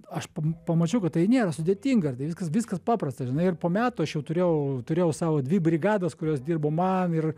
aš pam pamačiau kad tai nėra sudėtinga ir tai viskas viskas paprasta žinai ir po metų aš jau turėjau turėjau savo dvi brigadas kurios dirbo man ir